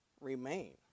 remain